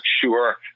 sure